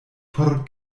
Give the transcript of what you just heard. por